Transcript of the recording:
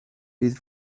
bydd